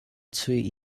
chuih